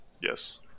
Yes